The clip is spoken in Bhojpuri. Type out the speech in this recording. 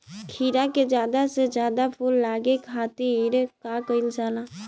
खीरा मे ज्यादा से ज्यादा फूल लगे खातीर का कईल जाला?